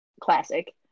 classic